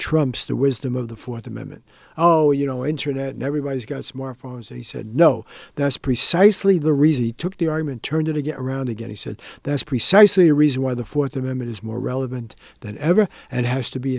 trumps the wisdom of the fourth amendment oh you know internet and everybody's got smart phones and he said no that's precisely the reason he took the argument turned into get around again he said that's precisely the reason why the fourth amendment is more relevant than ever and has to be